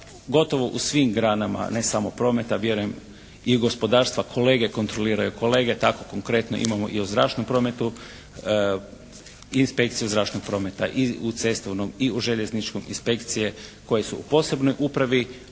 gotovo u svim granama, ne samo prometa vjerujem i gospodarstva kolege kontroliraju kolege. Tako konkretno imamo i o zračnom prometu, inspekciju zračnog prometa i u cestovnom i u željezničkom inspekcije koje su u posebnoj upravi